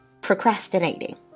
procrastinating